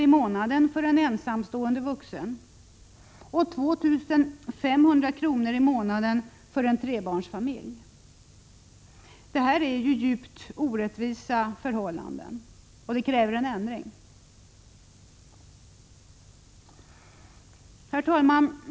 i månaden för en ensamstående vuxen och 2500 kr. i månaden för en trebarnsfamilj. Detta är djupt orättvisa förhållanden, och det krävs en ändring. Herr talman!